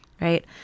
right